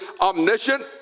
omniscient